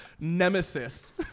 nemesis